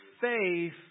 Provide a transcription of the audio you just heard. Faith